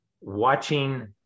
Watching